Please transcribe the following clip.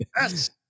Yes